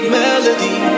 melody